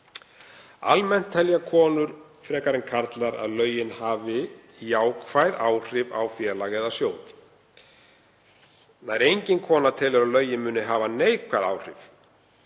Almennt telja konur frekar en karlar að lögin hafi jákvæð áhrif á félag eða sjóð. Nær engin kona telur að lögin muni hafa neikvæð áhrif